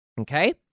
Okay